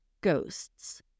ghosts